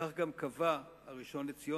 כך גם קבע הראשון לציון,